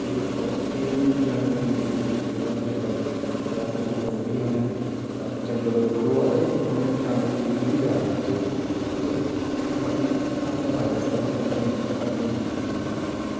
ठीक ऐ होर केईं जानवरें दी जेह्ड़ी जिन्दगी ऐ ओह् जंगल ऐ ते अस ओह् जंगल बड्डी जा ने न ते जंगल बढोआ दे कन्नै उनें जानवरें दी जिन्दगी बी जा दी बिच्च ठीक ऐ बाकी अपने फायदे आस्तै अस अपने फर्नीचर आस्तै अस अपने